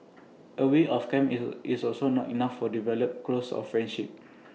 A week of camp is is also not enough for develop close all friendships